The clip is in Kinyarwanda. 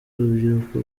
urubyiruko